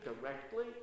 directly